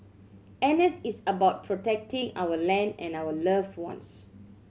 N S is about protecting our land and our loved ones